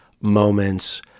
moments